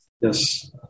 Yes